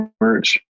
merch